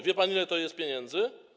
Wie pan, ile to jest pieniędzy?